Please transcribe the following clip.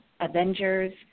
Avengers